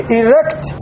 erect